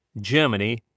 Germany